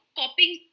copying